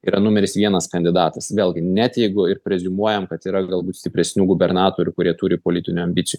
yra numeris vienas kandidatas vėlgi net jeigu ir preziumuojam kad yra galbūt stipresnių gubernatorių kurie turi politinių ambicijų